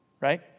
right